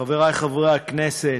חברי חברי הכנסת,